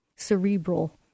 cerebral